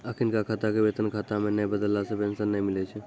अखिनका खाता के वेतन खाता मे नै बदलला से पेंशन नै मिलै छै